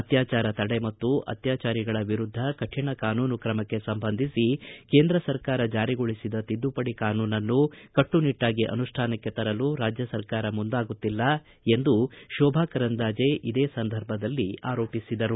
ಅತ್ಯಾಚಾರ ತಡೆ ಮತ್ತು ಅತ್ಯಾಚಾರಿಗಳ ವಿರುದ್ದ ಕಠಿಣ ಕಾನೂನು ಕ್ರಮಕ್ಕೆ ಸಂಬಂಧಿಸಿ ಕೇಂದ್ರ ಸರಕಾರ ಜಾರಿಗೊಳಿಸಿದ ತಿದ್ದುಪಡಿ ಕಾನೂನನ್ನು ಕಟ್ಟುನಿಟ್ಟಾಗಿ ಅನುಷ್ಠಾನಕ್ಕೆ ತರಲು ರಾಜ್ಯ ಸರ್ಕಾರ ಮುಂದಾಗುತ್ತಿಲ್ಲ ಎಂದು ಶೋಭಾ ಕರಂದ್ಲಾಜೆ ಇದೇ ಸಂದರ್ಭದಲ್ಲಿ ಆರೋಪಿಸಿದರು